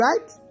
Right